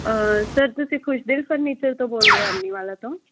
sir ਤੁਸੀਂ Khushdev furniture ਤੋਂ ਬੋਲਦੇ ਹੋ ਅਰਨੀਵਾਲਾ ਤੋਂ